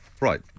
Right